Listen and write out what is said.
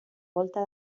volta